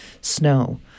snow